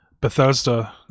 Bethesda